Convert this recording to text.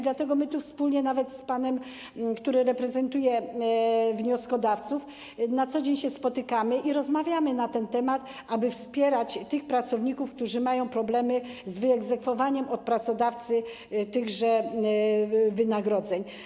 Dlatego wspólnie, nawet z panem, który reprezentuje wnioskodawców, na co dzień się spotykamy i rozmawiamy na ten temat, aby wspierać tych pracowników, którzy mają problemy z wyegzekwowaniem od pracodawcy tychże wynagrodzeń.